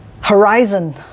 horizon